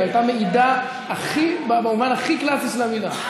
זאת הייתה מעידה במובן הכי קלאסי של המילה.